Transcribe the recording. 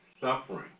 Suffering